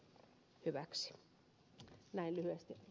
näin lyhyesti arvoisa puhemies